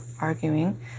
arguing